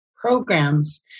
programs